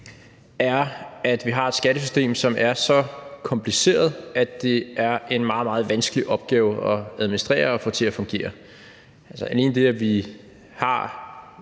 er, at vi har et skattesystem, som er så kompliceret, at det er en meget, meget vanskelig opgave at administrere og få til at fungere. Alene det, at vi har